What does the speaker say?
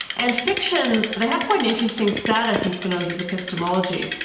and fictions, they have quite an interesting status in spinoza's epistemology.